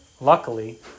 luckily